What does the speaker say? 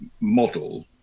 model